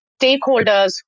stakeholders